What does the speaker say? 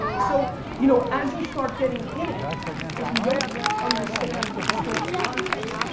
so you know as you start getting in it if you don't understand the historical context,